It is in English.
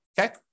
Okay